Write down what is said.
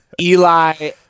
Eli